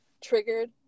triggered